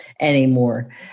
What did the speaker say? anymore